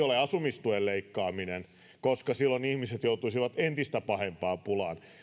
ole asumistuen leikkaaminen koska silloin ihmiset joutuisivat entistä pahempaan pulaan